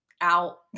out